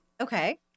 Okay